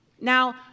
Now